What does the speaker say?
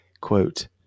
quote